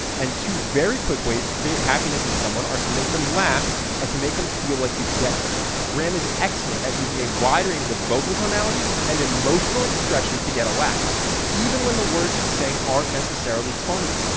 and two very quick ways to create happiness in someone are to make them laugh and to make them feel like you get them. graham is excellent at using a wide range of vocal tonality and emotional expression to get a laugh even when the words he's saying aren't necessarily funny.